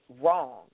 wrong